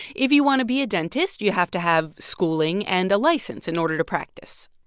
if you want to be a dentist, you have to have schooling and a license in order to practice.